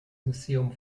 museum